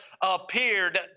appeared